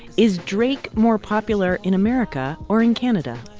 is drake more popular in america or in canada?